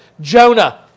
Jonah